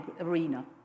arena